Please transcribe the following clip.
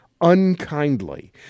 unkindly